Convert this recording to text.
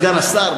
סגן השר,